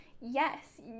yes